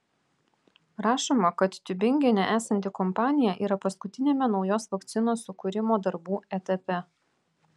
rašoma kad tiubingene esanti kompanija yra paskutiniame naujos vakcinos sukūrimo darbų etape